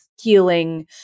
healing